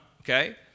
Okay